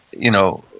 you know,